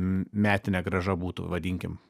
metinė grąža būtų vadinkim